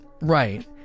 Right